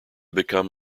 become